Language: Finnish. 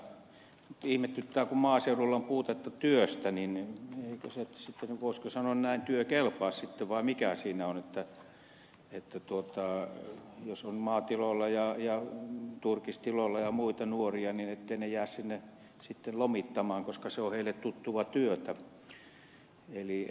ihmetyttää että kun maaseudulla on puutetta työstä niin eikö se voisiko sanoa näin työ kelpaa sitten vai mikä siinä on että jos on maatiloilla ja turkistarhoilla nuoria he eivät jää sinne sitten lomittamaan koska se on heille tuttua työtä